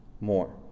more